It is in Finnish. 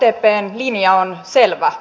sdpn linja on selvä